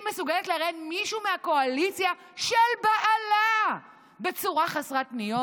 היא מסוגלת לראיין מישהו מהקואליציה של בעלה בצורה חסרת פניות?